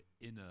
inner